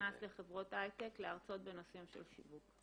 נכנס לחברות הייטק להרצות בנושאים של שיווק?